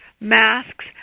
masks